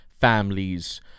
families